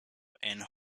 and